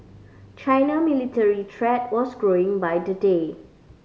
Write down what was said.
China military threat was growing by the day